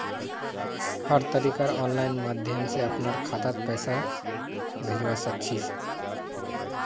हर तरीकार आनलाइन माध्यम से अपनार खातात पैसाक भेजवा सकछी